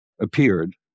appeared